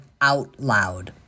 OUTLOUD